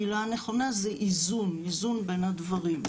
המילה הנכונה זה איזון, איזון בין הדברים.